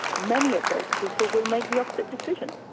many of those people will make the opposite decision.